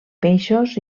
peixos